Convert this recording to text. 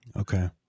Okay